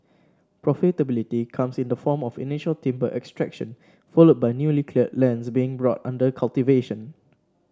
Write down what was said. profitability comes in the form of initial timber extraction followed by newly cleared lands being brought under cultivation